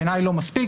בעיני לא מספיק,